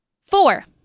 Four